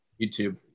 YouTube